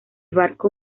barco